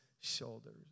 shoulders